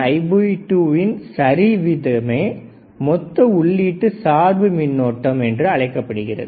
Ib1Ib2 யின் சரிவிகிதமே மொத்த உள்ளீட்டு சார்பு மின்னோட்டம் என்று அழைக்கப்படுகிறது